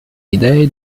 idee